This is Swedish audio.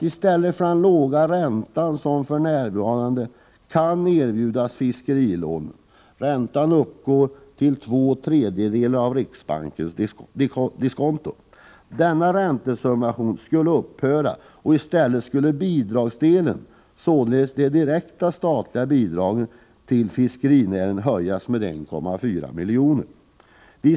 I stället för den låga ränta på fiskerilån som för närvarande kan erbjudas föreslås att räntan skall utgå med två tredjedelar av riksbankens diskonto. Räntesubventionen föreslås upphöra, och i stället kommer bidragsdelen, således de direkta statliga bidragen till fiskerinäringen, att höjas med 1,4 milj.kr.